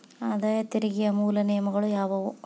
ಆದಾಯ ತೆರಿಗೆಯ ಮೂಲ ನಿಯಮಗಳ ಯಾವು